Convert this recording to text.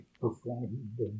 performed